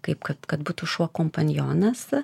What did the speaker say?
kaip kad kad būtų šuo kompanionas